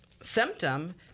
symptom